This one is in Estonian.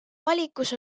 valikus